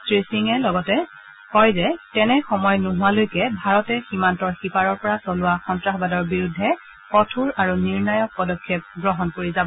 শ্ৰীসিঙে লগতে কয় যে তেনে সময় নহা লৈকে ভাৰতে সীমান্তৰ সিপাৰৰ পৰা চলোৱা সন্তাসবাদৰ বিৰুদ্ধে কঠোৰ আৰু নিৰ্ণায়ক পদক্ষেপ গ্ৰহণ কৰি যাব